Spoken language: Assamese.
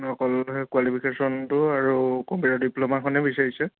অকল সেই কুৱালিফিকেচনটো আৰু কম্পিউটাৰ ডিপ্লমাখনহে বিচাৰিছে